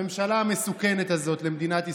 הממשלה המסוכנת הזאת למדינת ישראל,